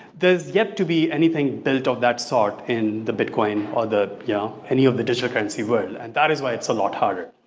there is yet to be anything built off that sort in the bitcoin, or yeah any of the digital currency world and that is why it's a lot harder.